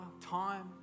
time